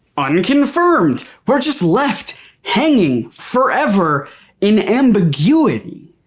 unconfirmed. we're just left hanging forever in ambiguity.